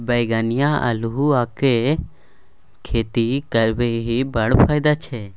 बैंगनी अल्हुआक खेती करबिही बड़ फायदा छै